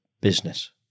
business